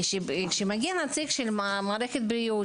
כשמגיע נציג של מערכת הבריאות,